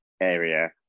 area